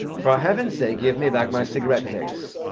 for heaven's sake give me back my cigarette case.